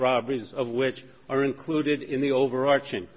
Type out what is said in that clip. robberies of which are included in the overarching